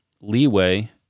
leeway